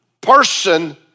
person